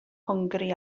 hwngari